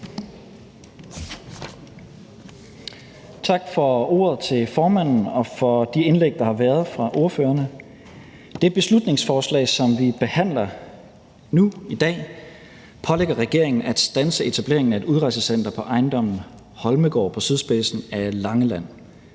for ordet, og tak for de indlæg, der har været fra ordførerne. Det beslutningsforslag, som vi behandler nu i dag, pålægger regeringen at standse etableringen af et udrejsecenter på ejendommen Holmegaard på sydspidsen af Langeland.